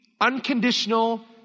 unconditional